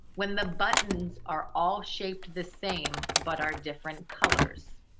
when the buttons are all shaped the same but are different colors.